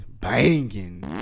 banging